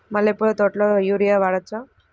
మల్లె పూల తోటలో యూరియా వాడవచ్చా?